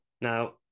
Now